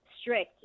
strict